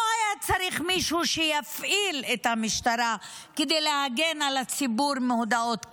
לא היה צריך מישהו שיפעיל את המשטרה כדי להגן על הציבור מהודעות כאלה.